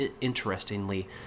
interestingly